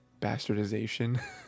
bastardization